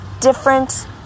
different